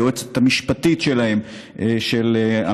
ליועצת המשפטית של המינהל,